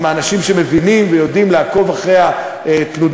עם האנשים שמבינים ויודעים לעקוב אחרי תנודות